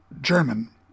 German